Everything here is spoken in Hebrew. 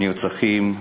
נרצחים,